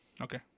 Okay